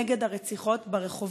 נגד הרציחות ברחובות.